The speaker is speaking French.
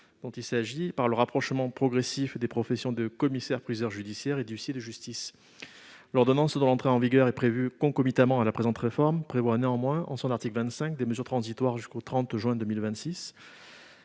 de justice par le rapprochement progressif des professions de commissaire-priseur judiciaire et d'huissier de justice. L'ordonnance, dont l'entrée en vigueur est prévue concomitamment à la présente réforme, prévoit néanmoins en son article 25 des mesures transitoires jusqu'au 30 juin 2026.